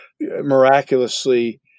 miraculously